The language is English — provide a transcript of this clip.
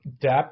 depth